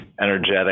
energetic